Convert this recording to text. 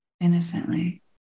innocently